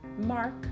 Mark